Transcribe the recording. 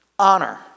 honor